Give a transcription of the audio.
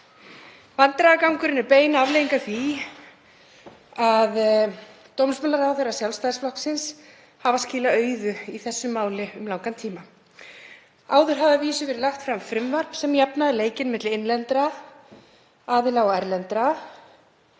Vandræðagangurinn er bein afleiðing af því að dómsmálaráðherrar Sjálfstæðisflokksins hafa skilað auðu í þessu máli um langan tíma. Áður hafði að vísu verið lagt fram frumvarp sem jafnaði leikinn milli innlendra aðila og erlendra.